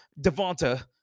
Devonta